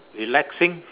relaxing